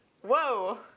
Whoa